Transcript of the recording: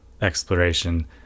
exploration